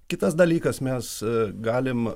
kitas dalykas mes galim